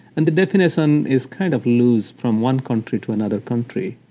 and the definition is kind of loose from one country to another country,